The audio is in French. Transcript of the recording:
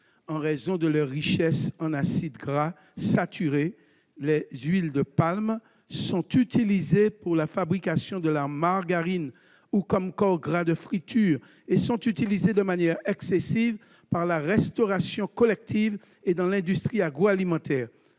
En raison de leur richesse en acides gras saturés, les huiles de palme sont utilisées pour la fabrication de la margarine ou comme corps gras de friture. On y recourt de manière excessive dans la restauration collective et l'industrie agroalimentaire.